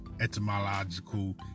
etymological